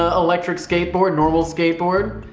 ah electric skateboard, normal skateboard,